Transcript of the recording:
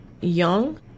young